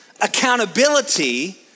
accountability